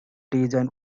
design